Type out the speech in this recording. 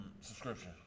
subscription